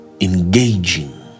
engaging